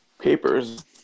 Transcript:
papers